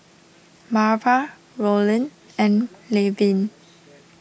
Marva Rollin and Levin